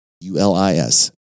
u-l-i-s